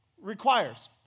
requires